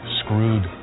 screwed